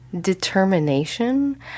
determination